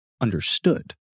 understood